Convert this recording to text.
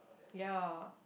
ya